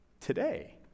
today